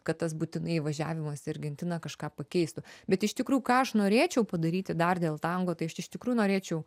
kad tas būtinai įvažiavimas į argentiną kažką pakeistų bet iš tikrųjų ką aš norėčiau padaryti dar dėl tango tai aš iš tikrųjų norėčiau